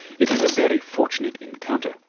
it is a very fortunate encounter.